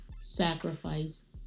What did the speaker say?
sacrifice